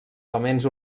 elements